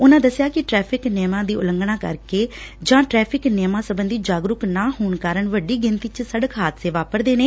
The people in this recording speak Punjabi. ਉਨਾਂ ਦੱਸਿਆ ਕਿ ਟਰੈਫਿਕ ਨਿਯਮਾਂ ਦੀ ਊਲੰਘਣਾ ਕਰਨ ਕਰ ਕੇ ਜਾਂ ਟਰੈਫਿਕ ਨਿਯਮਾਂ ਸਬੰਧੀ ਜਾਗਰੁਕ ਨਾ ਹੋਣ ਕਾਰਨ ਵੱਡੀ ਗਿਣਤੀ ਸੜਕ ਹਾਦਸੇ ਵਾਪਰਦੇ ਨੇ